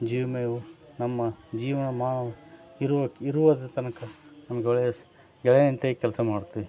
ಜೀವ ವಿಮೆಯು ನಮ್ಮ ಜೀವ ಮಾವು ಇರುವು ಇರುವುದ ತನಕ ನಮ್ಗೆ ಗೆಳೆ ಅಂತೆ ಕೆಲಸ ಮಾಡ್ತವೆ